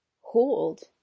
hold